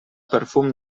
perfum